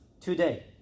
today